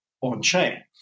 on-chain